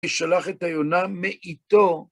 ישלח את עיונם מאיתו.